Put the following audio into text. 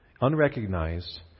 unrecognized